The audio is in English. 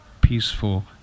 peaceful